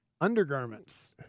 undergarments